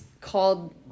called